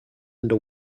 into